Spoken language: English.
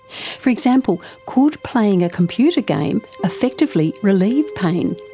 for example, could playing a computer game effectively relieve pain?